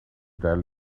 tell